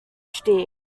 phd